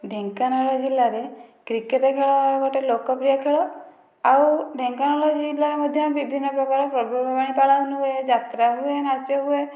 ଢେଙ୍କାନାଳ ଜିଲ୍ଲାରେ କ୍ରିକେଟ ଖେଳ ଗୋଟେ ଲୋକପ୍ରିୟ ଖେଳ ଆଉ ଢେଙ୍କାନାଳ ଜିଲ୍ଲା ମଧ୍ୟ ବିଭିନ୍ନ ପ୍ରକାର ପର୍ବ ପର୍ବାଣି ପାଳନ ହୁଏ ଯାତ୍ରା ହୁଏ ନାଚ ହୁଏ